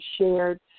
shared